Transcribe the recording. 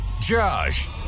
Josh